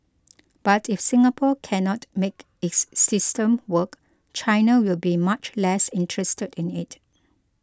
but if Singapore cannot make its system work China will be much less interested in it